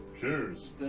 Cheers